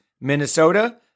Minnesota